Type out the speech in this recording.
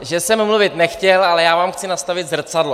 Že jsem mluvit nechtěl, ale já vám chci nastavit zrcadlo.